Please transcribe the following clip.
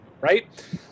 right